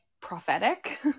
prophetic